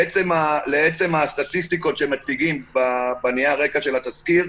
לעצם הסטטיסטיקות שמגישים בנייר הרקע של התזכיר,